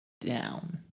down